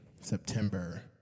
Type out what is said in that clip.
September